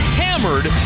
hammered